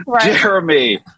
jeremy